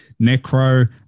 Necro